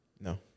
No